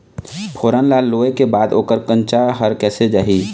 फोरन ला लुए के बाद ओकर कंनचा हर कैसे जाही?